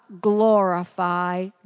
glorify